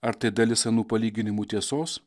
ar tai dalis anų palyginimų tiesos